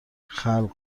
خلق